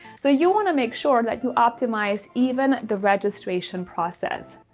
so you want to make sure that you optimize even the registration process.